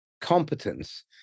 competence